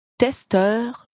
testeur